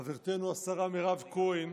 חברתנו השרה מירב כהן